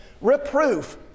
Reproof